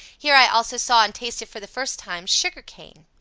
here i also saw and tasted for the first time sugar-cane.